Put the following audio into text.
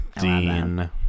Dean